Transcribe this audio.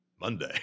monday